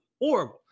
horrible